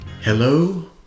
Hello